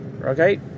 Okay